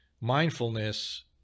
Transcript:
Mindfulness